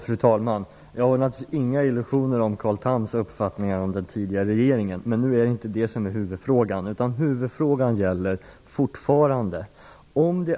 Fru talman! Jag har naturligtvis inga illusioner beträffande Carl Thams uppfattning om den tidigare regeringen. Men det är inte huvudfrågan nu, utan huvudfrågan gäller fortfarande följande.